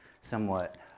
somewhat